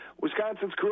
Wisconsin's